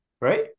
right